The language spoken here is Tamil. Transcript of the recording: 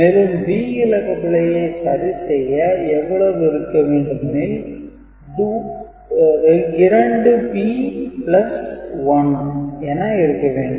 மேலும் b இலக்க பிழையை சரி செய்ய எவ்வளவு இருக்க வேண்டு மெனில் 2b1 என இருக்க வேண்டும்